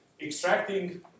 extracting